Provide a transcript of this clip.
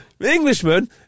Englishman